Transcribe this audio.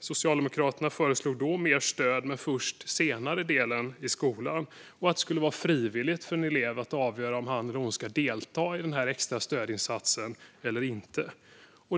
Socialdemokraterna föreslog då mer stöd, men först under senare delen i skolan och att det ska vara frivilligt för en elev att avgöra om han eller hon ska delta i denna extra stödinsats eller inte.